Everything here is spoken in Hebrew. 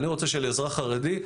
אני רוצה שלאזרח חרדי,